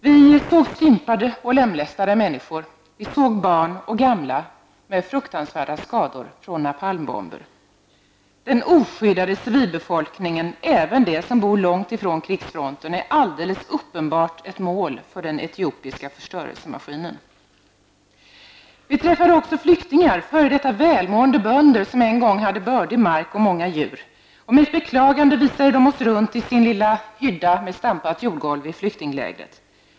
Vi såg stympade och lemlästade människor, vi såg barn och gamla med fruktansvärda skador av napalmbomber. Den oskyddade civilbefolkningen, även de människor som bor långt ifrån krigsfronten, är alldeles uppenbart ett mål för den etiopiska förstörelsemaskinen. Vi träffade också flyktingar, f.d. välmående bönder som en gång hade bördig mark och många djur. Med ett beklagande visade de oss runt i sin lilla hydda med stampat jordgolv i flyktinglägret.